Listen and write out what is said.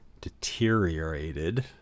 deteriorated